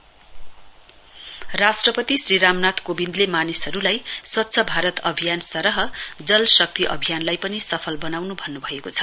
president राष्ट्रपति श्री रामनाथ कोविन्दले मानिसहरू स्वच्छ भारत अभियान सरह जल शक्ति अभियानलाई पनि सफल बताउनु भन्नु भएको छ